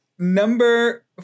Number